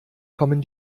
kommen